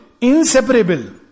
inseparable